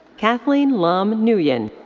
kathleen lam nguyen.